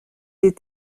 des